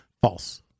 False